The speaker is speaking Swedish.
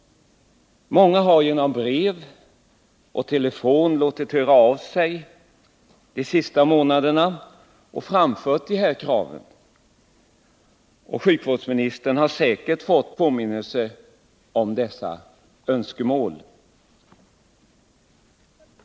Många har genom brev och telefon låtit höra av sig under de senaste månaderna och framfört detta krav, och sjukvårdsministern har säkerligen fått påminnelse om dessa önskemål.